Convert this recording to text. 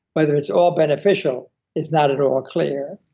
whether it's all beneficial is not at all clear.